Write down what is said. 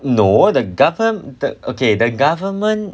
no the govern that okay that government